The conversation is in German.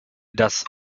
das